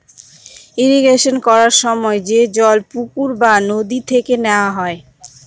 irrigation করার সময় যে জল পুকুর বা নদী থেকে নেওয়া হয়